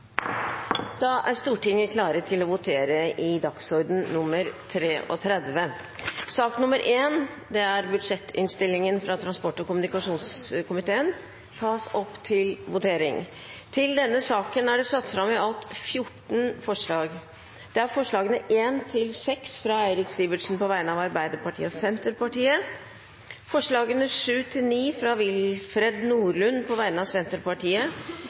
Da er Stortinget klar til å votere over sakene på dagsorden nr. 33. Under debatten er det satt fram i alt 14 forslag. Det er forslagene nr. 1–6, fra Eirik Sivertsen på vegne av Arbeiderpartiet og Senterpartiet forslagene nr. 7–9, fra Willfred Nordlund på vegne av Senterpartiet